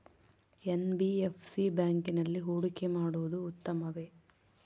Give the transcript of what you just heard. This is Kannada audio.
ಎನ್.ಬಿ.ಎಫ್.ಸಿ ಬ್ಯಾಂಕಿನಲ್ಲಿ ಹೂಡಿಕೆ ಮಾಡುವುದು ಉತ್ತಮವೆ?